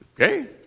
Okay